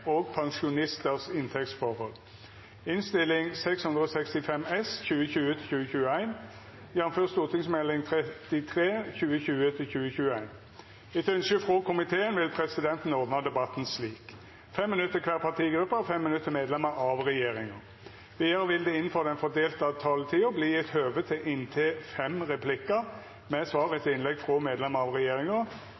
og det er positivt. Fleire har ikkje bedt om ordet til sak nr. 5. Etter ønske frå arbeids- og sosialkomiteen vil presidenten ordna debatten slik: 5 minutt til kvar partigruppe og 5 minutt til medlemer av regjeringa. Vidare vil det – innanfor den fordelte taletida – verta gjeve høve til inntil fem replikkar med svar